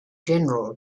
general